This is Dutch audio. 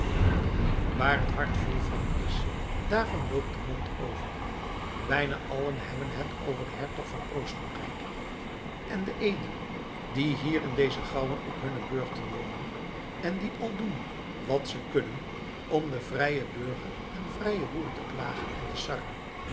waar het hart vol van is daarvan loopt de mond over bijna allen hebben het over den hertog van oostenrijk en de edelen die hier in deze gouwen op hunne burchten wonen en die al doen wat ze kunnen om den vrijen burger en vrijen boer te plagen en te sarren